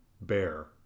bear